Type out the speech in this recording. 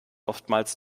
oftmals